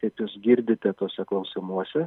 kaip jūs girdite tuose klausimuose